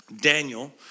Daniel